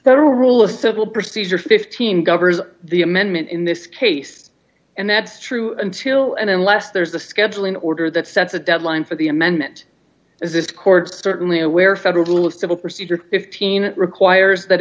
federal rule of civil procedure fifteen governors the amendment in this case and that's true until and unless there's a scheduling order that sets a deadline for the amendment as this cord certainly aware federal rule of civil procedure fifteen it requires that